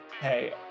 Hey